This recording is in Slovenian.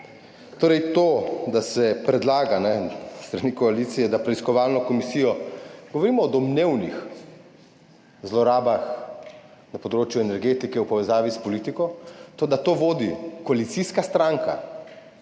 Torej to, da se predlaga s strani koalicije, da preiskovalno komisijo, govorimo o domnevnih zlorabah na področju energetike v povezavi s politiko, to, da to vodi koalicijska stranka,